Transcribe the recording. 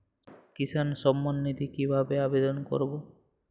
কিষান সম্মাননিধি কিভাবে আবেদন করব?